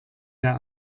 der